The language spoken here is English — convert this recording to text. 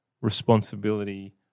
responsibility